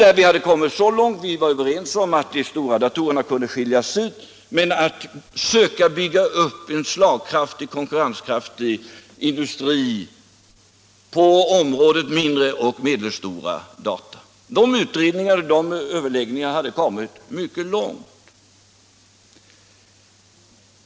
När vi hade kommit så långt var vi överens om att de stora datorerna kunde skiljas ut och att vi skulle söka bygga upp en konkurrenskraftig industri på området mindre och medelstora datorer. Dessa överläggningar hade kommit mycket långt.